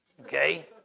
Okay